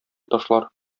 ташлар